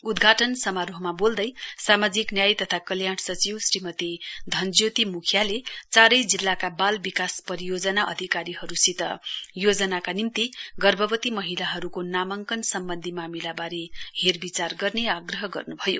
उदघाटन समारोहमा बोल्दै सामाजिक न्याय तथा कल्याण सचिव श्रीमती धनज्योति मुखिया चारै जिल्लाका बाल विकास परियोजना अधिकारीहरूसित योजनाका निम्ति गर्भवती महिलाहरूको नामाङ्कन सम्बन्धी मामिलाबारे हेरविचार गर्ने आग्रह गर्न् भयो